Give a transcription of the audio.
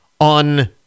on